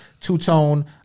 Two-tone